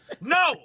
No